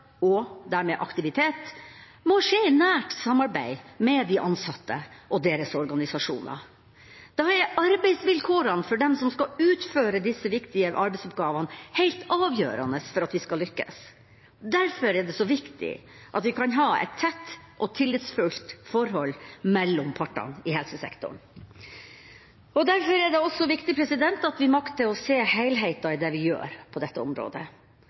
og dermed aktivitet, må skje i nært samarbeid med de ansatte og deres organisasjoner. Da er arbeidsvilkårene for dem som skal utføre disse viktige arbeidsoppgavene, helt avgjørende for at vi skal lykkes. Derfor er det så viktig at vi kan ha et tett og tillitsfullt forhold mellom partene i helsesektoren. Og derfor er det også viktig at vi makter å se helheten i det vi gjør på dette området.